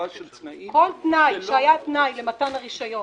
של תנאים שלא --- כל תנאי שהיה תנאי למתן רישיון.